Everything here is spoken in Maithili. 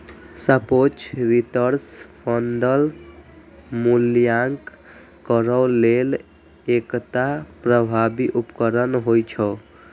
सापेक्ष रिटर्न फंडक मूल्यांकन करै लेल एकटा प्रभावी उपकरण होइ छै